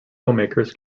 filmmakers